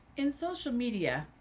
in social media,